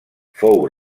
fou